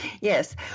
yes